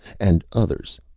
and others.